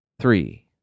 three